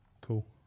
cool